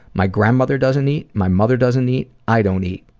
my grandmother doesn't eat, my mother doesn't eat, i don't eat.